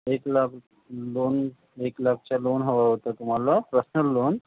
एक लाख दोन एक लाखचं लोन हवं होतं तुम्हाला प्रसनल लोन